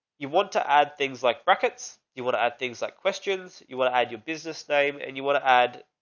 you want to add things like brackets. you want to add things like questions. you want to add your business name and you want to add